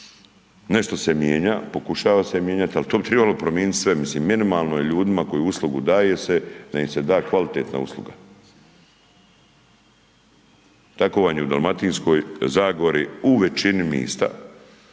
Nešto se mijenja, pokušava se mijenjati, ali to bi trebalo promijeniti sve, mislim, minimalno je ljudima koji uslugu daje se, da im se da kvalitetna usluga. Tako vam je u Dalmatinski zagori u većini mjesta.